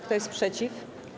Kto jest przeciw?